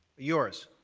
yours.